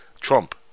Trump